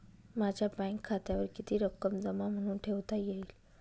माझ्या बँक खात्यावर किती रक्कम जमा म्हणून ठेवता येईल?